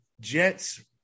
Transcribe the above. Jets